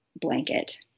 blanket